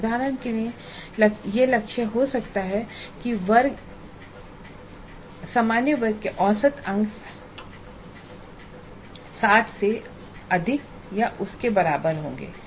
उदाहरण के लिए लक्ष्य यह हो सकता है कि वर्ग के औसत अंक 60 से अधिक या उसके बराबर होंगे